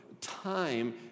time